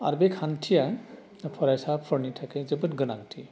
आरो बे खान्थिया फरायसाफोरनि थाखाय जोबोद गोनांथि